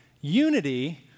Unity